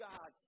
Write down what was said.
God